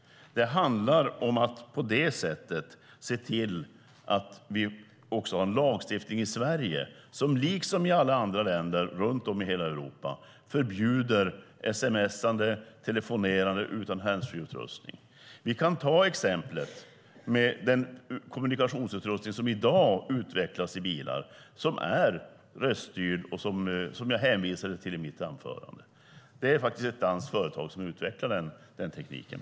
Det handlar om att på det sättet se till att vi också har en lagstiftning i Sverige som liksom i alla andra länder runt om i hela Europa förbjuder sms:ande och telefonerande utan handsfreeutrustning. Vi kan ta exemplet med den kommunikationsutrustning som i dag utvecklas i bilar som är röststyrd och som jag hänvisade till i mitt anförande. Det är ett danskt företag som utvecklar den tekniken.